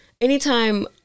anytime